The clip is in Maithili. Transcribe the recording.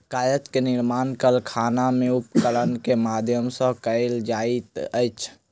कागज के निर्माण कारखाना में उपकरण के माध्यम सॅ कयल जाइत अछि